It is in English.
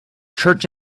church